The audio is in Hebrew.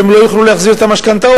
והן לא יוכלו להחזיר את המשכנתאות,